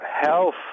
health